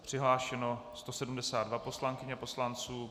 Přihlášeno 172 poslankyň a poslanců.